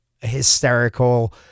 hysterical